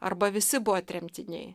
arba visi buvo tremtiniai